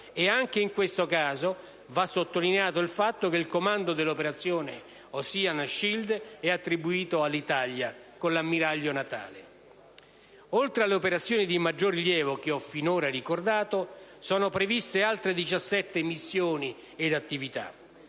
Anche in questo caso va sottolineato il fatto che il comando dell'operazione *Ocean Shield* è attribuito all'Italia, con l'ammiraglio Natale. Oltre alle operazioni di maggior rilievo che ho finora ricordato, sono previste altre 17 missioni ed attività.